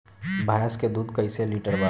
भैंस के दूध कईसे लीटर बा?